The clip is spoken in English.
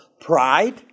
Pride